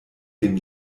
dem